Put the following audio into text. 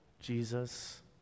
Jesus